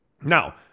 Now